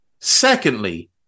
Secondly